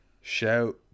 Shout